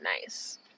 nice